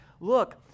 look